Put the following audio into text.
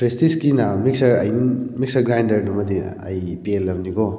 ꯄ꯭ꯔꯤꯁꯇꯤꯖꯀꯤꯅꯦ mixer ꯑꯩ mixer ꯒ꯭ꯔꯥꯏꯟꯗꯔꯗꯨꯃꯗꯤ ꯑꯩ ꯄꯦꯜꯂꯕꯅꯤꯀꯣ